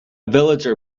villager